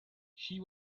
she